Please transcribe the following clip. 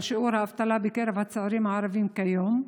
שיעור האבטלה בקרב הצעירים הערבים כיום?